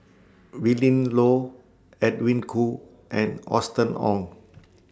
Willin Low Edwin Koo and Austen Ong